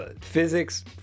physics